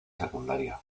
secundaria